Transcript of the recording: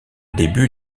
début